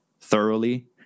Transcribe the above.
thoroughly